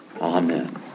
Amen